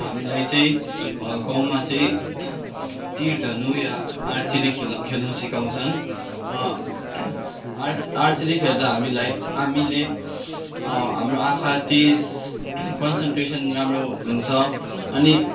हामीलाई चाहिँ गाउँमा चाहिँ तीर धनु या आर्चेरी खेल्नु खेल्नु सिकाउँछन् आर्च आर्चेरी खेल्दा हामीलाई हामीले हाम्रो आँखा तेज कनसन्ट्रेसन राम्रो हुन्छ अनि